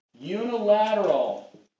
Unilateral